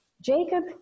Jacob